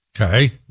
Okay